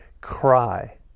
cry